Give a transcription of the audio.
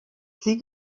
sie